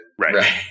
Right